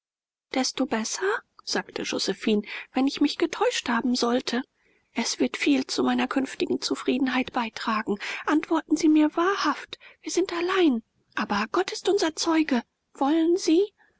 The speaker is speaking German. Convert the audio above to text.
desto besser sagte josephine wenn ich mich getäuscht haben sollte es wird viel zu meiner künftigen zufriedenheit beitragen antworten sie mir wahrhaft wir sind allein aber gott ist unser zeuge wollen sie